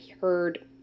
heard